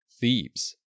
Thebes